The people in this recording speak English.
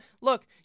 look